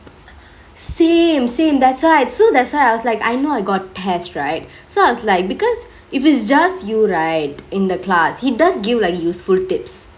same same that's why so that's why I was like I know I got test right so I was like because if it's just you right in the class he does give like useful tips